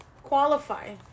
qualify